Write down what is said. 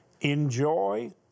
enjoy